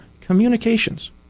communications